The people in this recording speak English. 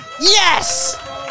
Yes